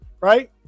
right